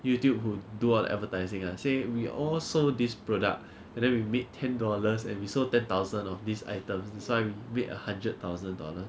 YouTube who do all the advertising lah say we all sold this product and then we made ten dollars and we sold ten thousand of these items that's why we made a hundred thousand dollars